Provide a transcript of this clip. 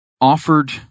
offered